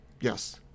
yes